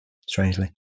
strangely